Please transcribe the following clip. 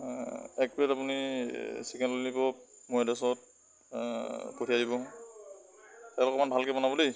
এক প্লেট আপুনি chicken lollipop মোৰ এড্ৰেছত পঠিয়াই দিব তাক অকণমান ভালকৈ বনাব দেই